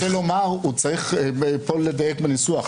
לא, אני רוצה לומר שצריך פה לדייק בניסוח.